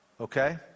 Okay